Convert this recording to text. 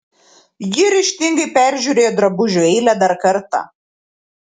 ji ryžtingai peržiūrėjo drabužių eilę dar kartą